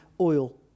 oil